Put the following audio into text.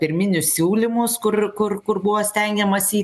pirminius siūlymus kur kur kur buvo stengiamasi į